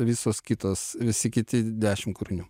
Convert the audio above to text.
visos kitos visi kiti dešim kūrinių